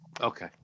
Okay